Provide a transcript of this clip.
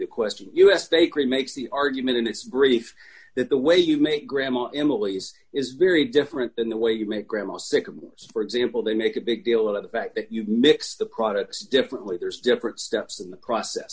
to question us bakery makes the argument in its brief that the way you make grandma emily's is very different than the way you make grandma sick for example they make a big deal about the fact that you mix the products differently there's different steps in the process